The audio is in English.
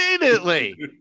immediately